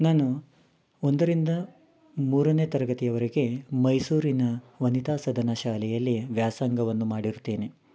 ನಾನು ಒಂದರಿಂದ ಮೂರನೆ ತರಗತಿಯವರೆಗೆ ಮೈಸೂರಿನ ವನಿತಾ ಸದನ ಶಾಲೆಯಲ್ಲಿ ವ್ಯಾಸಂಗವನ್ನು ಮಾಡಿರುತ್ತೇನೆ